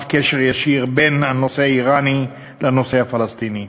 בקשר ישיר את הנושא האיראני והנושא הפלסטיני.